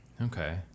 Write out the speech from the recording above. Okay